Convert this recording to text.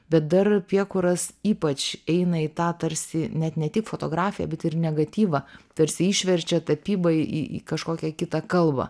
bet dar piekuras ypač eina į tą tarsi net ne tik fotografiją bet ir negatyvą tarsi išverčia tapybą į į kažkokią kitą kalvą